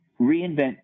reinvent